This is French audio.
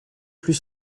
plus